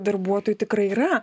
darbuotojų tikrai yra